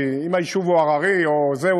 כי אם היישוב הוא הררי או זה,